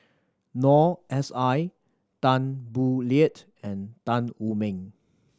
Noor S I Tan Boo Liat and Tan Wu Meng